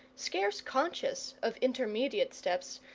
scarce conscious of intermediate steps,